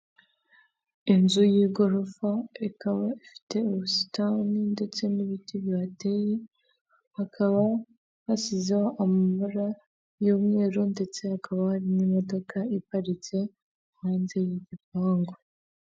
Inzu y'igorofa ikaba ifite ubusitani ndetse n'ibiti bibateye hakaba hashyizeho amabara y'umweru ndetse hakaba hari n'imodoka iparitse hanze y'igipangu.